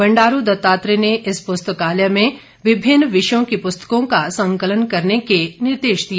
बंडारू दत्तात्रेय ने इस पुस्तकालय में विभिन्न विषयों की पुस्तकों का संकलन करने के निर्देश दिए